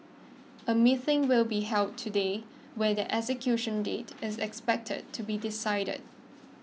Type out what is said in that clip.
a meeting will be held today where their execution date is expected to be decided